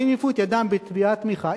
הניפו את ידם בתנועת תמיכה,